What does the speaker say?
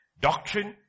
doctrine